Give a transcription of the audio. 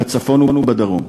בצפון ובדרום.